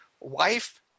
wife